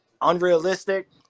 Unrealistic